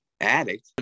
addict